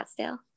Scottsdale